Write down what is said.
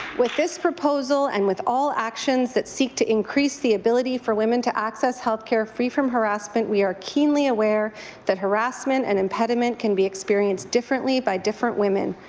with this proposal and with all actions that seek to increase the ability for women to access health care free from harrassment, we are keenly aware that harrassment and impediment can be experienced differently by different women,